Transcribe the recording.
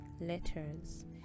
letters